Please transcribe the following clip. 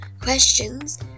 questions